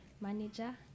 Manager